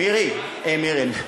מירי, מירי.